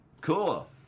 Cool